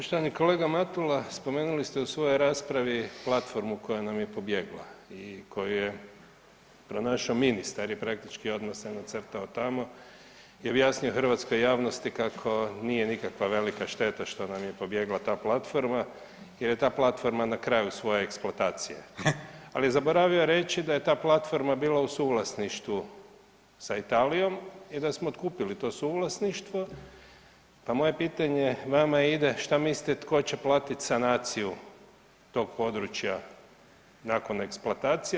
Poštovani kolega Matula, spomenuli ste u svojoj raspravi platformu koja nam je pobjegla i koju je pronašao ministar i praktički odmah se nacrtao tamo i objasnio hrvatskoj javnosti kako nije nikakva velika šteta što nam je pobjegla ta platforma jer je ta platforma na kraju svoje eksploatacije ali je zaboravio reći da je da platforma bila u suvlasništvu sa Italijom i da smo otkupili to suvlasništvo a moje pitanje vama ide šta mislite tko će platiti sanaciju tog područja nakon eksploatacije?